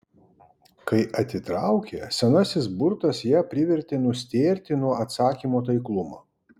kai atitraukė senasis burtas ją privertė nustėrti nuo atsakymo taiklumo